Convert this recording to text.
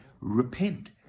repent